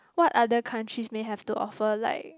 what other countries may have to offer like